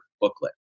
booklet